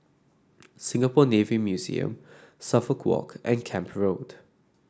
Singapore Navy Museum Suffolk Walk and Camp Road